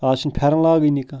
اَز چھِنہٕ پھٮ۪رن لاگٲنی کانٛہہ